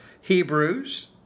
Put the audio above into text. Hebrews